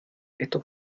esto